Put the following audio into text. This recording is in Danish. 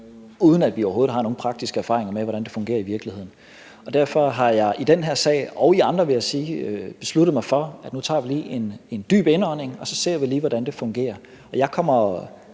uden at vi overhovedet har nogen praktiske erfaringer med, hvordan det fungerer i virkeligheden. Derfor har jeg i den her sag og i andre, vil jeg sige, besluttet mig for, at nu tager vi lige en dyb indånding, og så ser vi lige, hvordan det fungerer. Jeg kommer